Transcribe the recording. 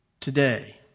today